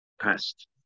past